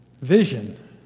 vision